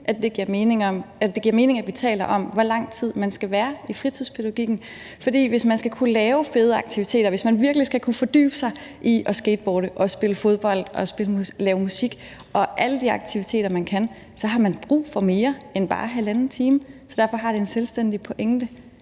at det giver mening, at vi taler om, hvor lang tid man skal være i fritidspædagogikken. For hvis man skal kunne lave fede aktiviteter, og hvis man virkelig skal kunne fordybe sig i at skateboarde og spille fodbold og lave musik og alle de aktiviteter, man kan, så har man brug for mere end bare halvanden time. Derfor er det en selvstændig pointe,